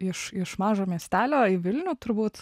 iš iš mažo miestelio į vilnių turbūt